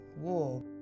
war